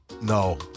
No